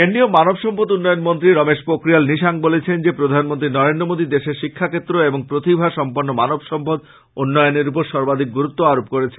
কেন্দ্রীয় মানব সম্পদ উন্নয়ন মন্ত্রী রমেশ পোখরিয়াল নিশাস্ক বলেছেন যে প্রধানমন্ত্রী নরেন্দ্র মোদী দেশের শিক্ষাক্ষেত্র এবং প্রতিভা সম্পন্ন মানব সম্পদ উন্নয়নের উপর সর্বাধিক গুরুত্ব আরোপ করেছেন